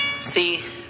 see